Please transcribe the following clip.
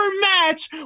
match